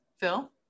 Phil